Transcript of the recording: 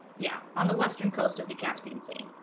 yeah on the western coast of the caspian sea